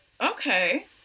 Okay